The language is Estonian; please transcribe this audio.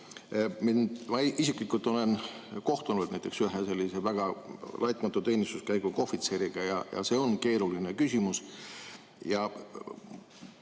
Mina isiklikult olen kohtunud näiteks ühe sellise väga laitmatu teenistuskäiguga ohvitseriga ja see on keeruline küsimus.